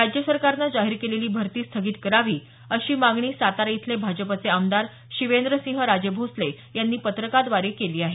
राज्य सरकारनं जाहीर केलेली भरती स्थगित करावी अशी मागणी सातारा इथले भाजपचे आमदार शिवेंद्रसिंहराजे भोसले यांनी पत्रकाद्वारे केली आहे